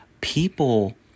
people